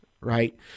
right